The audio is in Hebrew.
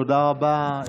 תודה רבה.